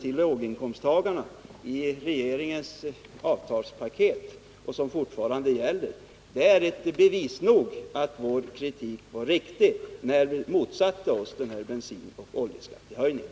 till låginkomsttagarna i regeringens skattepaket, vilket fortfarande gäller — är bevis nog för att vår kritik var riktig när vi motsatte oss bensinoch oljeskattehöjningen.